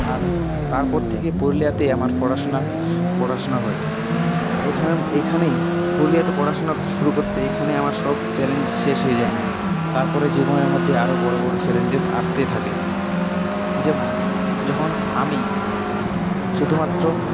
আর তারপর থেকেই পুরুলিয়াতে আমার পড়াশোনা পড়াশোনা হয় এখানে এখানেই পুরুলিয়াতে পড়াশোনা শুরু করতে এখানেই আমার সব চ্যালেঞ্জ শেষ হয়ে যায় না তারপরেও জীবনে মধ্যে আরও বড় বড় চ্যালেঞ্জেস আসতে থাকে যেমন যখন আমি শুধুমাত্র